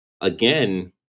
again